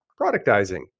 productizing